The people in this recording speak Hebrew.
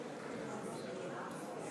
אינו